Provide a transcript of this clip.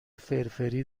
فرفری